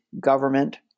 government